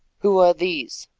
who are these?